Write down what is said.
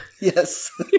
yes